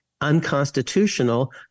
unconstitutional